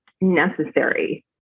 necessary